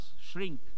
shrink